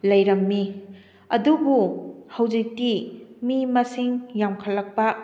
ꯂꯩꯔꯝꯃꯤ ꯑꯗꯨꯕꯨ ꯍꯧꯖꯤꯛꯇꯤ ꯃꯤ ꯃꯁꯤꯡ ꯌꯥꯝꯈꯠꯂꯛꯄ